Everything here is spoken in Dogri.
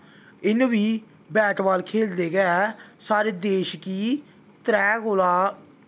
इन्न बी बैट बॉल खेलदे गै साढ़े देश गी त्रै कोला